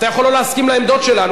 אתה יכול לא להסכים לעמדות שלנו,